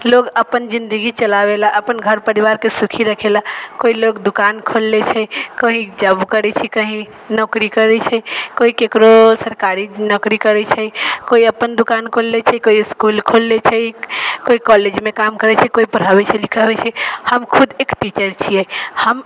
लोग अपन जिनगी चलाबैलए अपन घर परिवारके सुखी रखैलए कोइ लोक दोकान खोलले छै कोइ जॉब करै छै कहीँ नोकरी करै छै कोइ ककरो सरकारी नोकरी करै छै कोइ अपन दोकान खोलले छै कोइ इसकुल खोलले छै कोइ कॉलेजमे काम करै छै कोइ पढ़बै छै लिखबै छै हम खुद एक टीचर छिए हम